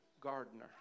gardener